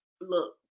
look